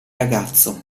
ragazzo